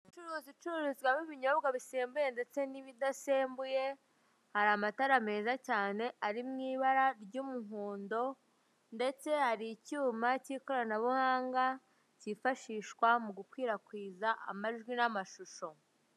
Curuzi icururizwamo ibinyobwa bisembuye ndetse n'ibidasembuye, hari amatara meza cyane ari mu ibara ry'umuhondo, ndetse hari icyuma cy'ikoranabuhanga cyifashishwa mu gukwirakwiza amajwi n'amashusho.